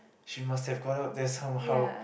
she must have gone up there some how